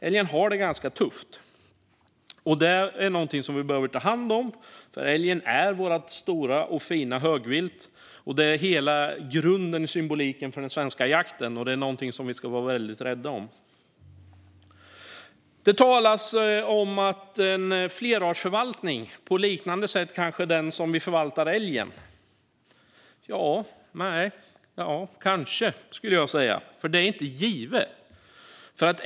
Älgen har det ganska tufft, och det är någonting som vi behöver ta hand om. Älgen är vårt stora och fina högvilt, hela grunden och symbolen för den svenska jakten. Det är någonting som vi ska vara väldigt rädda om. Det talas om en flerartsförvaltning, kanske på liknande sätt som vi förvaltar älgen. Ja, nej, kanske, skulle jag säga. Det är nämligen inte givet.